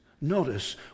notice